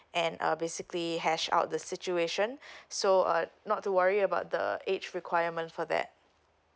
and uh basically hash out the situation so uh not too worry about the age requirement for that